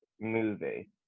movie